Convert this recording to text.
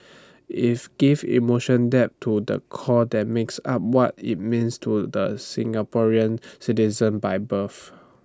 if gives emotion depth to the core that makes up what IT means to the Singaporean citizens by birth